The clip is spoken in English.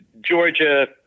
Georgia